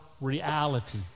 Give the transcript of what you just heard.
reality